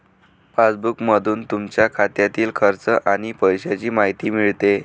पासबुकमधून तुमच्या खात्यातील खर्च आणि पैशांची माहिती मिळते